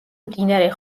მდინარე